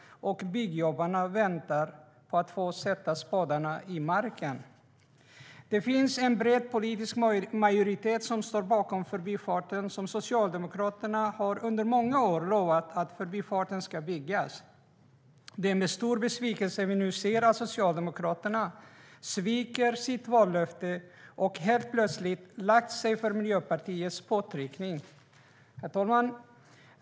Byggjobbarna väntar på att få sätta spadarna i marken. Det finns en bred politisk majoritet som står bakom Förbifarten. Socialdemokraterna har under många år lovat att Förbifarten ska byggas, och det är med stor besvikelse vi nu ser att Socialdemokraterna sviker sitt vallöfte och helt plötsligt lägger sig för Miljöpartiets påtryckning.